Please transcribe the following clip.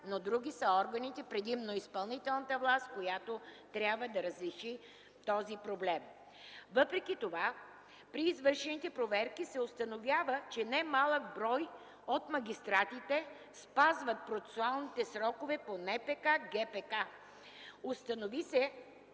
но други са органите – предимно от изпълнителната власт, която трябва да разреши този проблем. Въпреки това при извършените проверка се установява, че не малък брой от магистратите спазват процесуалните срокове по НПК и ГПК.